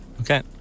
Okay